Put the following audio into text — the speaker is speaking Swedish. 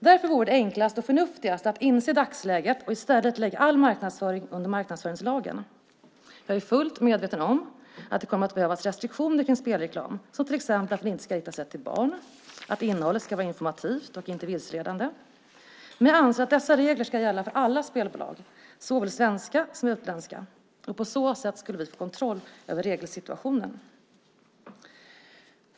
Därför vore det enklast och förnuftigast att inse dagsläget och i stället lägga all marknadsföring under marknadsföringslagen. Jag är fullt medveten om att det kommer att behövas restriktioner kring spelreklam, till exempel att den inte ska rikta sig till barn och att innehållet ska vara informativt och inte vilseledande. Men jag anser att dessa regler ska gälla för alla spelbolag, såväl svenska som utländska. På så sätt skulle vi få kontroll över regelsituationen.